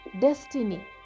destiny